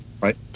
right